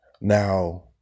Now